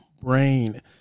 brain